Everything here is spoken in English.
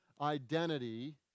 identity